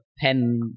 pen